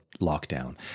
lockdown